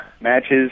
matches